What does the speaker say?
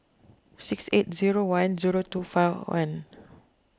six eight zero one zero two four one